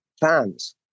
fans